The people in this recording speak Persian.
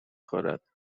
خورد